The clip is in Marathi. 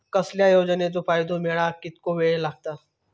कसल्याय योजनेचो फायदो मेळाक कितको वेळ लागत?